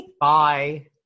Bye